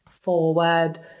forward